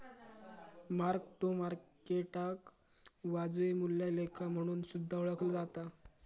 mark to मार्केटाक वाजवी मूल्या लेखा म्हणून सुद्धा ओळखला जाता